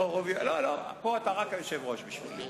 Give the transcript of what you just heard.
לא, פה אתה רק היושב-ראש בשבילי.